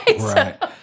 right